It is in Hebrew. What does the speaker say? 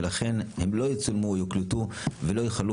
ולכן הם לא יצולמו או יוקלטו ולא יכללו